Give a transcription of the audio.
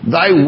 Thy